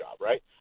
right